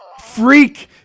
freak